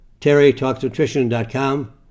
terrytalksnutrition.com